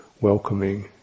welcoming